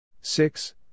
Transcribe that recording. six